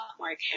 Mark